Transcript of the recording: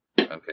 Okay